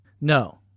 No